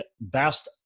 Best